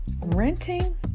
Renting